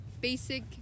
basic